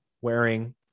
wearing